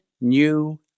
new